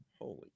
Holy